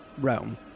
Rome